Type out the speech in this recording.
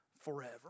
forever